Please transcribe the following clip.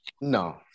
No